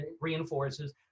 reinforces